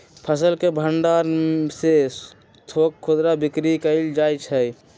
फसल के भण्डार से थोक खुदरा बिक्री कएल जाइ छइ